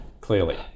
clearly